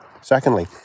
Secondly